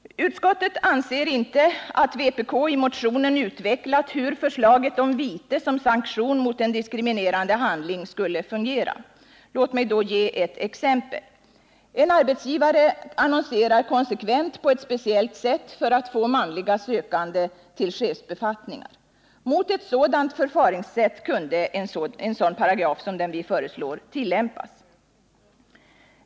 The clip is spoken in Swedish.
Utskottet anser inte att vpk i motionen utvecklat hur förslaget om vite som sanktion mot en diskriminerande handling skulle fungera. Låt mig då ge ett exempel. En arbetsgivare annonserar konsekvent på ett speciellt sätt för att få manliga sökande till chefsbefattningar. Mot ett sådant förfaringssätt skulle en paragraf som den vi föreslår kunna tillämpas.